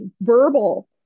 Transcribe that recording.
verbal